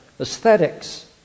aesthetics